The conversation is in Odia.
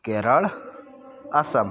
କେରଳ ଆସାମ